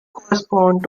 corresponds